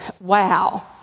Wow